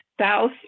South